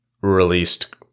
released